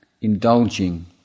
indulging